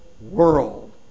world